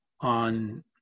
on